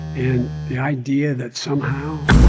and the idea that somehow